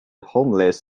homeless